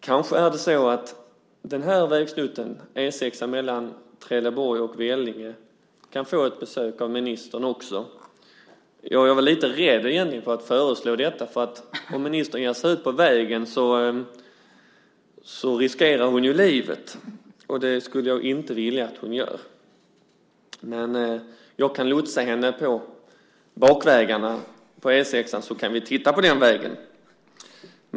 Kanske kan den här vägsnutten, E 6:an mellan Trelleborg och Vellinge, få ett besök av ministern. Jag är egentligen lite rädd för att föreslå det, för om ministern ger sig ut på vägen riskerar hon livet, och det skulle jag inte vilja att hon gör. Men jag kan lotsa henne på bakvägarna på E 6:an så att vi kan titta på vägen.